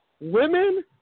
Women